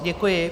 Děkuji.